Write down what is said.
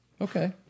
Okay